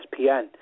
ESPN